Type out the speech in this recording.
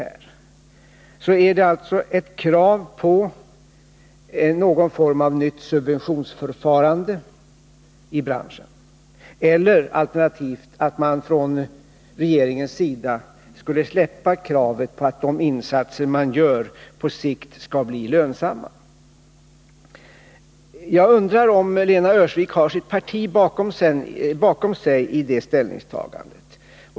Det innehöll ett krav på någon form av nytt subventionsförfarande i branschen eller alternativt att man från regeringens sida skulle släppa kravet på att de insatser staten gör på sikt skall bli lönsamma. Jag undrar om Lena Öhrsvik har sitt parti bakom sig i detställningstagandet.